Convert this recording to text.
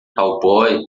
cowboy